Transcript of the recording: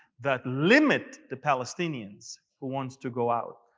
that limit the palestinians who want to go out.